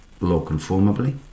Law-conformably